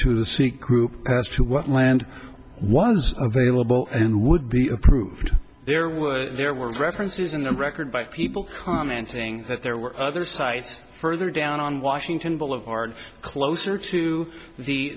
the sea croup as to what land was available and would be approved there were there were references in the record by people commenting that there were other sites further down on washington boulevard closer to